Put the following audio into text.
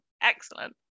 excellent